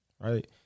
right